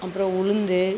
அப்புறம் உளுந்து